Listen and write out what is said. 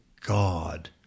God